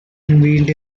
unveiled